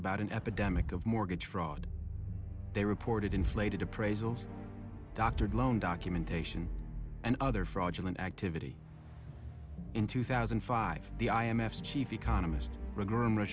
about an epidemic of mortgage fraud they reported inflated appraisals doctored loan documentation and other fraudulent activity in two thousand and five the i m f chief economist